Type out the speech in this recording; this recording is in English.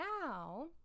now